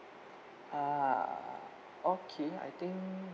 ah okay I think